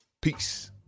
Peace